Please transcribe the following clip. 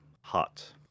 hot